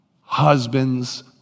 husbands